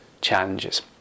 challenges